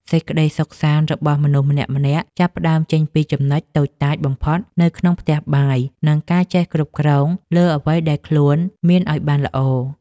សេចក្តីសុខសាន្តរបស់មនុស្សម្នាក់ៗចាប់ផ្តើមចេញពីចំណុចតូចតាចបំផុតនៅក្នុងផ្ទះបាយ និងការចេះគ្រប់គ្រងលើអ្វីដែលខ្លួនមានឱ្យបានល្អ។